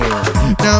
Now